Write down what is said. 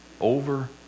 over